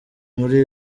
muri